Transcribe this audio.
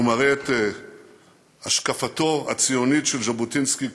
הוא מראה את השקפתו הציונית של ז'בוטינסקי,